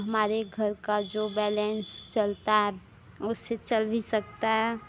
हमारे घर का जो बैलेंस चलता है उससे चल भी सकता हैं